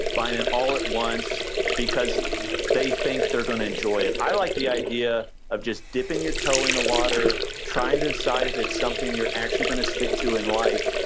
buying it all at once because they think they're gonna enjoy it. i like the idea of just dipping your toe in the water, trying to decide if it's something you're actually gonna stick to and like,